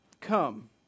Come